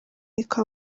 niko